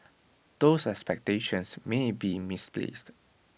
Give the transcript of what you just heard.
those expectations may be misplaced